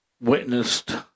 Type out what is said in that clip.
witnessed